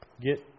get